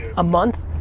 a month.